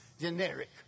generic